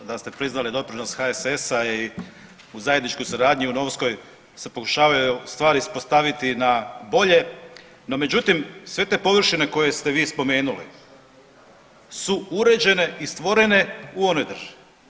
Da ste priznali doprinos HSS-a i u zajedničkoj suradnji u Novskoj se pokušavaju stvari uspostaviti na bolje, no međutim sve te površine koje ste vi spomenuli su uređene i stvorene u onoj državi.